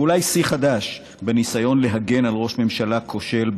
ואולי שיא חדש בניסיון להגן על ראש ממשלה כושל,